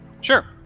Sure